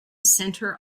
center